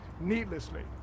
needlessly